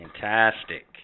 Fantastic